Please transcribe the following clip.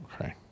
okay